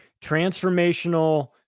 transformational